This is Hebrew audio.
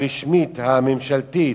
הרשמית, הממשלתית,